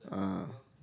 ah